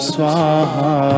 Swaha